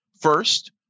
First